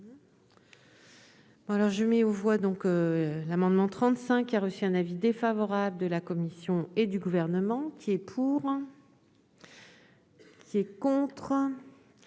je mets aux voix donc l'amendement trente-cinq il a reçu un avis défavorable de la Commission et du gouvernement. Qui est pour, qui est contre